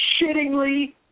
shittingly